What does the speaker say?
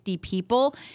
people